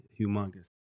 humongous